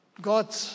God